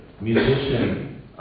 musician